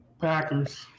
Packers